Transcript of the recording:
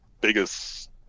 biggest